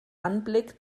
anblick